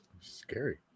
Scary